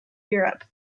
europe